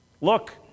Look